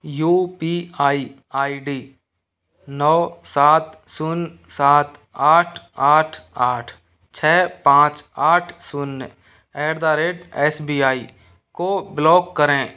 you P I I D नौ सात शून्य सात आठ आठ आठ छः पाँच आठ शून्य at the rate S B I को ब्लॉक करें